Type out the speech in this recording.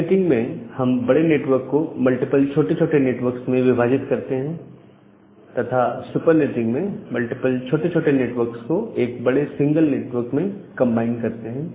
subnetting में हम बड़े नेटवर्क को मल्टीपल छोटे छोटे नेटवर्क्स में विभाजित करते हैं तथा सुपर्नेटिंग में मल्टीपल छोटे छोटे नेटवर्क को एक सिंगल बड़े नेटवर्क में कंबाइन करते हैं